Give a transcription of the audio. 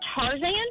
Tarzan